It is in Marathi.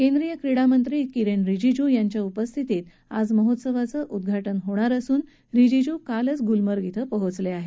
केंद्रीय क्रीडा मंत्री किरेन रिजिजू यांच्या उपस्थितीत आज महोत्सवाचं उद्घा उ असून रिजिजू काल गुलमर्ग इथं पोहोचले आहेत